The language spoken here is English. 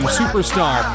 superstar